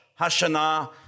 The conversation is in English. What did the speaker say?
Hashanah